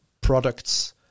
products